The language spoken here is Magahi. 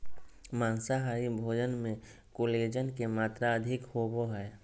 माँसाहारी भोजन मे कोलेजन के मात्र अधिक होवो हय